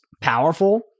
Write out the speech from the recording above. powerful